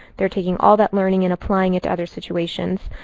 they're taking all that learning and applying it to other situations.